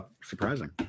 surprising